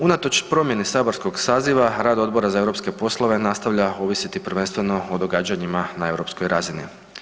Unatoč promjeni saborskog saziva, rad Odbora za europske poslove nastavlja ovisi prvenstveno o događanjima na europskoj razini.